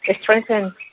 strengthen